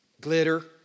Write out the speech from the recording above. Glitter